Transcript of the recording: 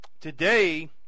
Today